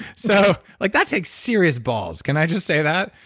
so like that takes serious balls, can i just say that?